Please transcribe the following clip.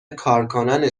کارکنان